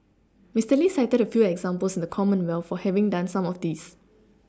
Mister Lee cited a few examples in the Commonwealth for having done some of this